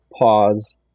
pause